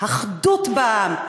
אחדות בעם,